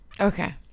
okay